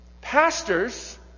pastors